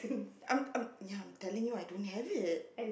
I'm I'm ya I'm telling you I don't have it